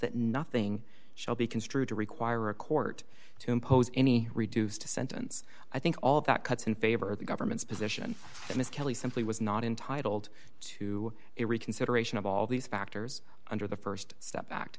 that nothing shall be construed to require a court to impose any reduced to sentence i think all that cuts in favor of the government's position in this kelly simply was not intitled to it reconsideration of all these factors under the st step act